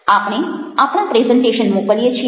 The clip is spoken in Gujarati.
આપણે આપણા પ્રેઝન્ટેશન મોકલીએ છીએ